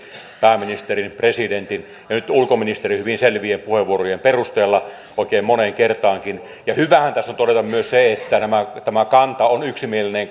pääministerin presidentin ja nyt ulkoministerin hyvin selvien puheenvuorojen perusteella oikein moneen kertaankin ja hyvähän tässä on todeta myös se että tämä kanta on yksimielinen